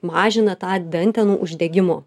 mažina tą dantenų uždegimo